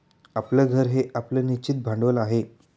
आपलं घर हे आपलं निश्चित भांडवल आहे